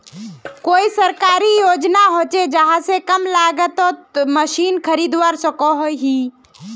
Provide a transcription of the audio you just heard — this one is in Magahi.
कोई सरकारी योजना होचे जहा से कम लागत तोत मशीन खरीदवार सकोहो ही?